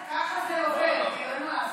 ככה זה עובד, כאילו, אין מה לעשות.